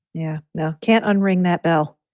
yeah. now can't unring that bell.